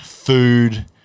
Food